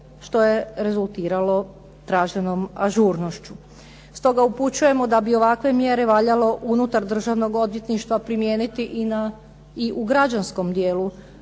što je rezultiralo traženom ažurnošću. Stoga upućujemo da bi ovakve mjere valjalo unutar državnog odvjetništva primijeniti i u građanskom dijelu